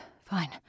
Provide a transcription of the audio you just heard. fine